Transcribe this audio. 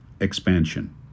Expansion